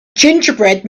gingerbread